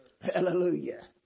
Hallelujah